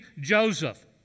Joseph